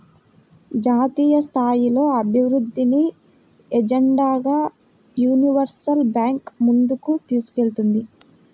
జాతీయస్థాయిలో అభివృద్ధిని ఎజెండాగా యూనివర్సల్ బ్యాంకు ముందుకు తీసుకెళ్తుంది